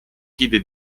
chiede